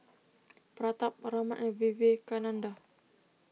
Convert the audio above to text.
Pratap Raman and Vivekananda